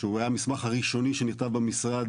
שהוא היה מסמך ראשוני שנכתב במשרד,